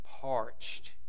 parched